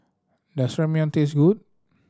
does Ramyeon taste good